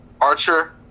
Archer